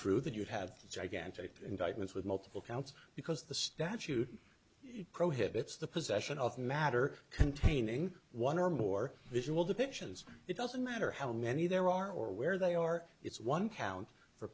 true that you have a gigantic indictments with multiple counts because the statute prohibits the possession of matter containing one or more visual depictions it doesn't matter how many there are or where they are it's one count for